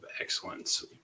Excellence